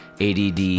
ADD